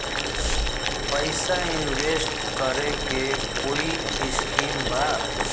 पैसा इंवेस्ट करे के कोई स्कीम बा?